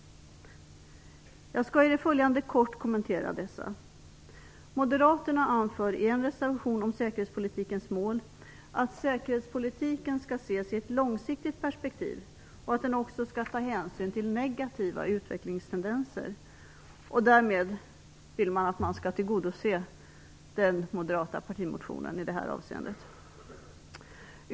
Jag skall kort kommentera dessa. Moderaterna anför i en reservation om säkerhetspolitikens mål att säkerhetspolitiken skall ses i ett långsiktigt perspektiv och att den också skall ta hänsyn till negativa utvecklingstendenser. Därmed vill man att den moderata partimotionen skall tillgodoses i detta avseende.